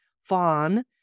fawn